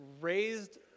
raised